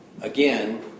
Again